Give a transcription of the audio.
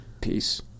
Peace